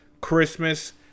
Christmas